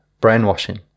brainwashing